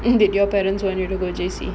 did your parents want you to go J_C